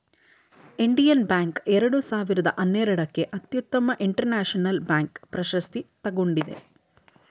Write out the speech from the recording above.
Indian Bank ಎರಡು ಸಾವಿರದ ಹನ್ನೆರಡಕ್ಕೆ ಅತ್ಯುತ್ತಮ ಇಂಟರ್ನ್ಯಾಷನಲ್ ಬ್ಯಾಂಕ್ ಪ್ರಶಸ್ತಿ ತಗೊಂಡಿದೆ